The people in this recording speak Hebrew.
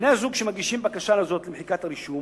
בני-זוג שמגישים בקשה למחיקת הרישום